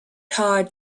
hard